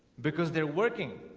because they're working.